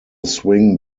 swing